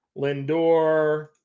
Lindor